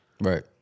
right